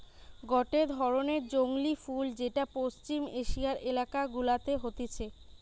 গটে ধরণের জংলী ফুল যেটা পশ্চিম এশিয়ার এলাকা গুলাতে হতিছে